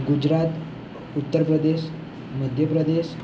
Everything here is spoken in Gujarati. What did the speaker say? ગુજરાત ઉત્તર પ્રદેશ મધ્ય પ્રદેશ